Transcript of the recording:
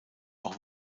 auch